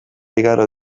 igaro